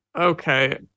Okay